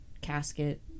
casket